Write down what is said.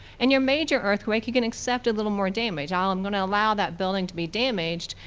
and your major earthquake, you can accept a little more damage. ah ah i'm gonna allow that building to be damaged,